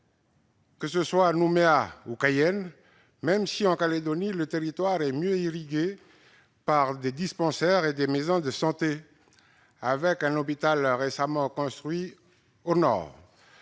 villes-centres, Nouméa ou Cayenne, même si, en Calédonie, le territoire est mieux irrigué par des dispensaires et des maisons de santé, un hôpital ayant récemment été construit au nord.